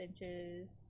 inches